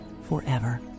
forever